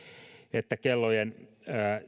että kellojen